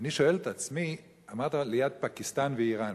ליד פקיסטן ואירן.